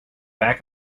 back